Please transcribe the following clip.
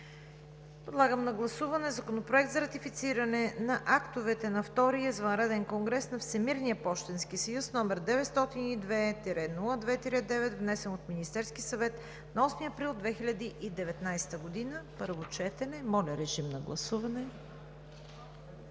Подлагам на гласуване Законопроект за ратифициране на актовете на Втория извънреден конгрес на Всемирния пощенски съюз, № 902-02-9, внесен от Министерския съвет на 8 април 2019 г., първо четене. Гласували